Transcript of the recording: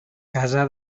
casa